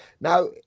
Now